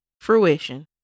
Fruition